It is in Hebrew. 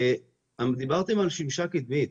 דיברתם על שמשה קדמית.